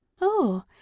Oh